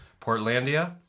Portlandia